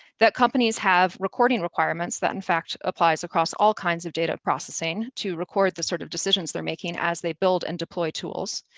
that companies have recording requirements that, in fact, applies across all kinds of data processing to record the sort of decisions they're making as they build and deploy tools,